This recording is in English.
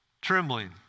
Trembling